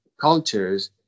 cultures